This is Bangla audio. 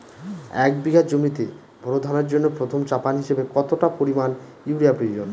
এক বিঘা জমিতে বোরো ধানের জন্য প্রথম চাপান হিসাবে কতটা পরিমাণ ইউরিয়া প্রয়োজন?